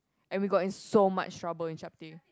and we got in so much trouble in Chapteh